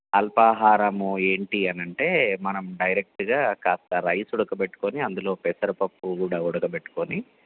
అల్పాహారాము ఏంటి అని అంటే మనం డైరెక్టుగా కాస్త రైస్ ఉడకబెట్టుకోని అందులో పెసరపప్పు కూడా ఉడకబెట్టుకోని